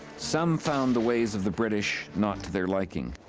some found the ways of the british not to their liking.